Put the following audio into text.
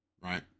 right